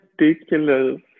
ridiculous